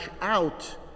out